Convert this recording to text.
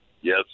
Yes